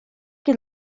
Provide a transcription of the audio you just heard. que